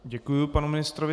Děkuju panu ministrovi.